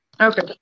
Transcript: okay